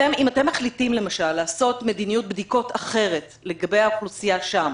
אם אתם מחליטים למשל לעשות מדיניות בדיקות אחרת לגבי האוכלוסייה שם,